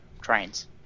trains